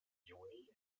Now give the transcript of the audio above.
juni